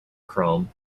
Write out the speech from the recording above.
chrome